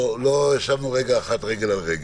לא ישבנו רגע אחת רגל על רגל.